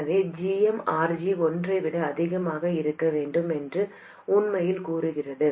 எனவே gm RG ஒன்றை விட அதிகமாக இருக்க வேண்டும் என்று உண்மையில் கூறுகிறது